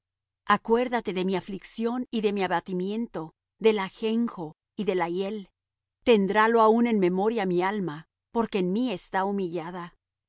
acuérdate de mi aflicción y de mi abatimiento del ajenjo y de la hiel tendrálo aún en memoria mi alma porque en mí está humillada